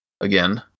again